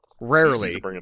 Rarely